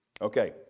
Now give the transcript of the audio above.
Okay